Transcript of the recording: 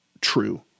true